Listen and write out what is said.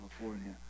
California